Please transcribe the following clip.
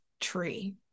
tree